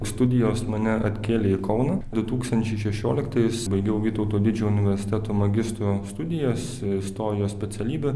studijos mane atkėlė į kauną du tūkstančiai šešioliktais baigiau vytauto didžiojo universiteto magistro studijas istorijos specialybę